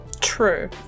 True